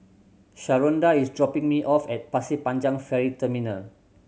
Sharonda is dropping me off at Pasir Panjang Ferry Terminal